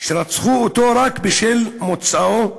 שרצחו אותו רק בשל מוצאו.